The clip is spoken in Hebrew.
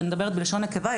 אני מדברת בלשון נקבה,